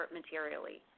materially